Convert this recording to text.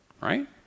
right